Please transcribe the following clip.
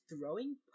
throwing